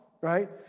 right